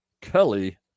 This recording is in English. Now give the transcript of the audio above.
Kelly